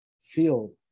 feel